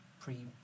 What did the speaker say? pre